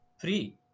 free